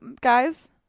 guys